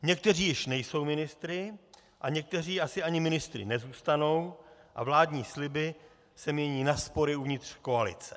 Někteří již nejsou ministry a někteří asi ani ministry nezůstanou a vládní sliby se mění na spory uvnitř koalice.